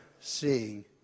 seeing